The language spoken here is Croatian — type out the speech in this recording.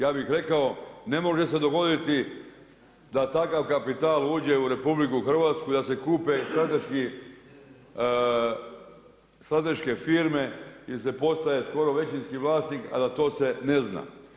Ja bih rekao ne može se dogoditi da takav kapital uđe u RH i da se kupe strateške firme ili se postaje skoro većinski vlasnik a da to se ne zna.